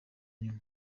nyuma